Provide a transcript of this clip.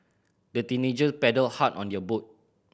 the teenager paddled hard on their boat